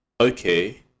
okay